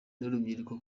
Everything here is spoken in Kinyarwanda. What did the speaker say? n’urubyiruko